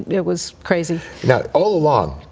it was crazy yeah all along,